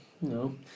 no